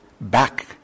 back